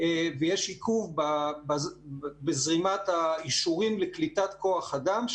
ויש עיכוב בזרימת האישורים לקליטת כוח אדם,